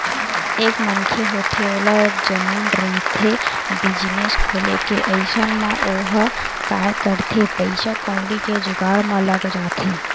एक मनखे होथे ओला जनुन रहिथे बिजनेस खोले के अइसन म ओहा काय करथे पइसा कउड़ी के जुगाड़ म लग जाथे